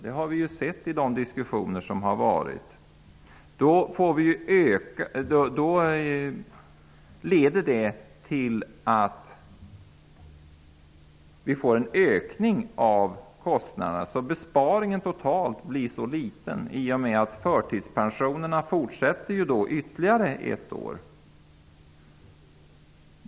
Det har vi ju sett i de diskussioner som förts. Det skulle leda till en ökning av kostnaderna. Besparingen totalt skulle bli liten, eftersom förtidspensionerna fortsätter ytterligare ett år.